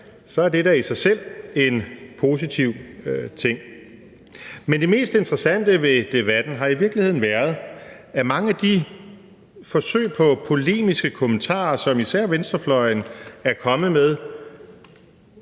er det da i sig selv en positiv ting. Men det mest interessante ved debatten har i virkeligheden været, at mange af de forsøg på polemiske kommentarer, som især venstrefløjen er kommet med,